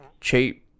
cheap